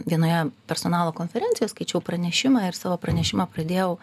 vienoje personalo konferencijoje skaičiau pranešimą ir savo pranešimą pradėjau